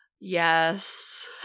yes